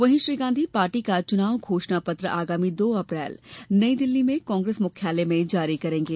वहीं श्री गांधी पार्टी का चुनाव घोषणा पत्र आगामी दो अप्रैल नई दिल्ली में कांग्रेस मुख्यालय में जारी करेंगे